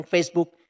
Facebook